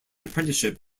apprenticeship